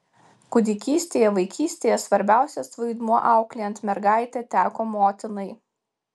kūdikystėje vaikystėje svarbiausias vaidmuo auklėjant mergaitę teko motinai